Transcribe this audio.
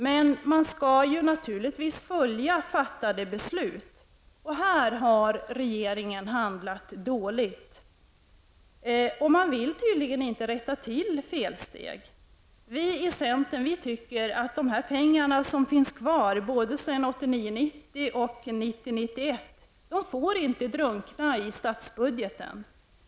Men man skall naturligtvis följa fattade beslut. Här regeringen handlat dåligt, och man vill tydligen inte rätta till gjorda felsteg. Vi i centern tycker att de pengar som finns kvar både sedan 1989 91 inte får drunkna statsbudgeten.